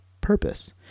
purpose